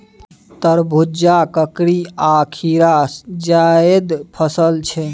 तरबुजा, ककरी आ खीरा जाएद फसल छै